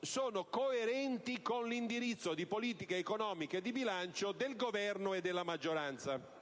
sono coerenti con l'indirizzo di politica economica e di bilancio del Governo e della maggioranza.